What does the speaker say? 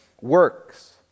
works